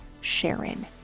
Sharon